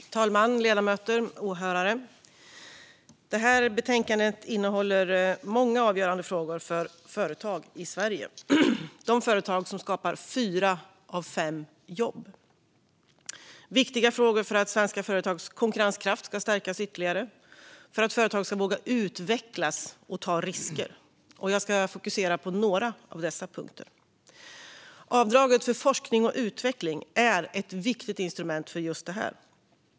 Herr talman, ledamöter och åhörare! Betänkandet innehåller många avgörande frågor för företag i Sverige. Det är de företag som skapar fyra av fem jobb, och det är viktiga frågor för att svenska företags konkurrenskraft ska stärkas ytterligare och för att företag ska våga utvecklas och ta risker. Jag ska fokusera på några av dessa punkter. Avdraget för forskning och utveckling är ett viktigt instrument för just detta.